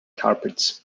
carpets